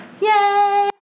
Yay